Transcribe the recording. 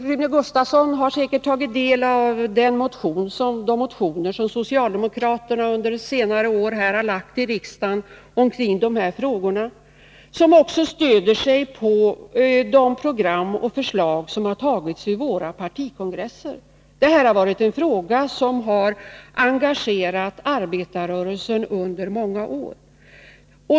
Rune Gustavsson har säkert tagit del av de motioner i dessa frågor som socialdemokraterna under senare år väckt i riksdagen. De stöder sig på de program som antagits och de beslut som fattats vid våra partikongresser. Detta är en fråga som under många år har engagerat arbetarrörelsen.